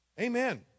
Amen